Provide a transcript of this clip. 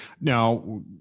Now